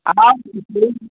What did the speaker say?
आप